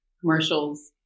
commercials